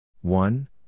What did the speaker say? one